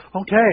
Okay